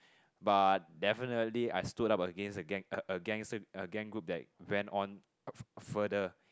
but definitely I stood up against the gang a a a gang group that went on further